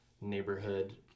Neighborhood